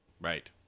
right